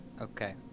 Okay